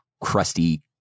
crusty